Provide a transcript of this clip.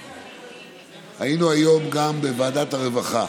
היינו היום גם בוועדת הרווחה,